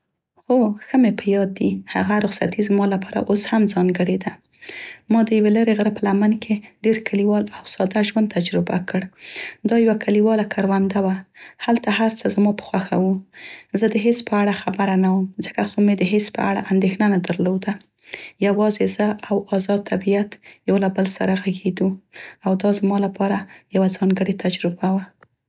هو، ښه مې په یاد دي. هغه رخصتي زما لپاره اوس هم ځانګړې ده. ما د یوه لیرې غره په لمن کې، ډیر کلیوال او ساده ژوند تجربه کړ. دا یوه کلیواله کرونده وه. هلته هر څه زما په خوښه وو. زه د هیڅ په اړه خبره نه وم ځکه خو مې د هیڅ په اړه اندیښنه نه درلوده. یوازې زه او ازاد طبیعت یو له بل سره غږیدو او دا زما لپاره یوه ځانګړې تجربه وه.